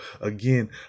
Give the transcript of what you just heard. again